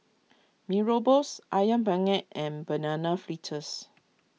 Mee Rebus Ayam Penyet and Banana Fritters